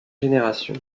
génération